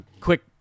quick